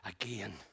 again